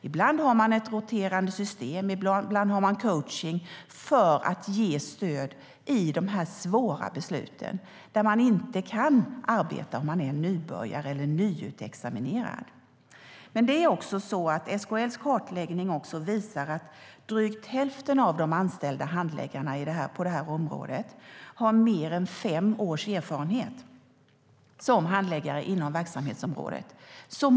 Ibland har man ett roterande system, och ibland har man coachning för att ge stöd i de svåra besluten, som man inte kan arbeta med om man är nybörjare eller nyutexaminerad. Men SKF:s kartläggning visar också att drygt hälften av de anställda handläggarna på området har mer än fem års erfarenhet som handläggare inom verksamhetsområdet.